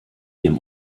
dem